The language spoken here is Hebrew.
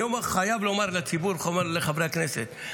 אני חייב לומר לציבור ולחברי הכנסת,